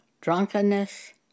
drunkenness